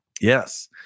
Yes